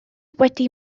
wedi